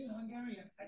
Hungarian